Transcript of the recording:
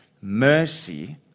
mercy